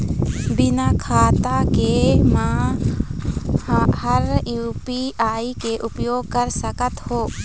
बिना खाता के म हर यू.पी.आई के उपयोग कर सकत हो?